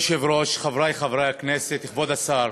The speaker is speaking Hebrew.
אדוני היושב-ראש, חברי חברי הכנסת, כבוד השר,